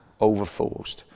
overforced